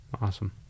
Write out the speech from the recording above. awesome